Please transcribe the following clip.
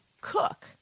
Cook